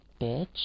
bitch